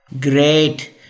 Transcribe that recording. Great